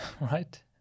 right